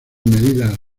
medida